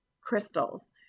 crystals